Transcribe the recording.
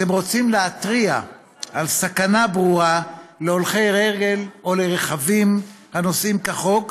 אתם רוצים להתריע על סכנה ברורה להולכי רגל או לרכבים הנוסעים כחוק,